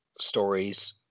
stories